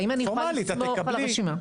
האם אני יכולה לסמוך על הרשימה.